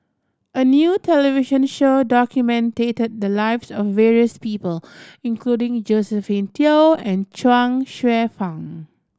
a new television show documented the lives of various people including Josephine Teo and Chuang Hsueh Fang